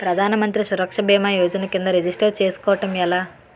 ప్రధాన మంత్రి సురక్ష భీమా యోజన కిందా రిజిస్టర్ చేసుకోవటం ఎలా?